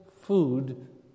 food